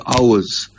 hours